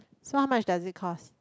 so how much does it cost